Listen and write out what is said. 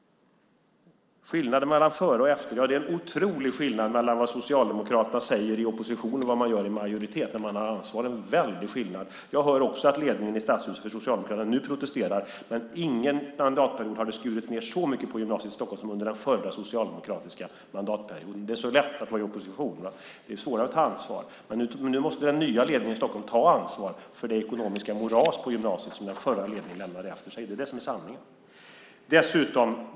Det är en otrolig skillnad mellan vad Socialdemokraterna säger i opposition och vad man gör i majoritet när man har ansvar. Jag hör också att ledningen för Socialdemokraterna i Stadshuset protesterar, men ingen mandatperiod har det skurits ned så mycket på gymnasiet i Stockholm som under den förra socialdemokratiska mandatperioden. Det är lätt att vara i opposition men svårare att ta ansvar. Nu måste den nya ledningen i Stockholm ta ansvar för det ekonomiska moras på gymnasiet som den förra ledningen lämnade efter sig. Det är sanningen.